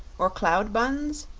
or cloudbuns?